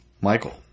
Michael